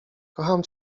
kocham